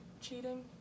cheating